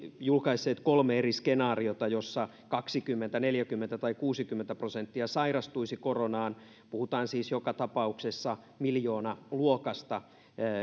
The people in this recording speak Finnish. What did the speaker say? julkaisseet kolme eri skenaariota joissa kaksikymmentä neljäkymmentä tai kuusikymmentä prosenttia sairastuisi koronaan puhutaan siis joka tapauksessa miljoonaluokasta